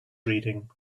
reading